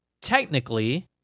Technically